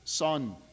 Son